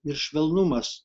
ir švelnumas